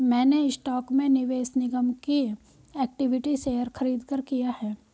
मैंने स्टॉक में निवेश निगम के इक्विटी शेयर खरीदकर किया है